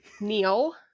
neil